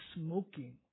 smoking